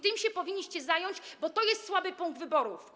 Tym powinniście się zająć, bo to jest słaby punkt wyborów.